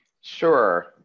sure